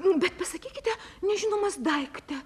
bet pasakykite nežinomas daikte